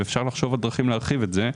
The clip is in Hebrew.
אפשר לחשוב על דרכים להרחיב את זה,